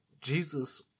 Jesus